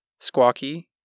Squawky